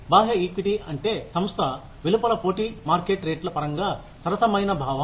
బాహ్య ఈక్విటీ అంటే సంస్థ వెలుపల పోటీ మార్కెట్ రేట్ల పరంగా సరసమైన భావం